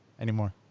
anymore